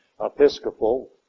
Episcopal